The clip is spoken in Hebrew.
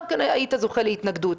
גם כן היית זוכה להתנגדות.